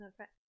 Okay